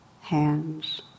hands